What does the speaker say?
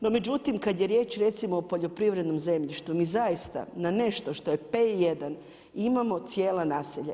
No međutim kad je riječ recimo o poljoprivrednom zemljištu mi zaista na nešto što je P1 imamo cijela naselja.